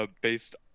Based